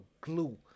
glue